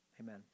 amen